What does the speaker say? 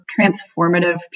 transformative